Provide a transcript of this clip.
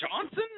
Johnson